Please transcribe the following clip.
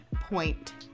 point